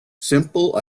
simple